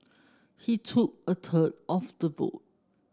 he took a third of the vote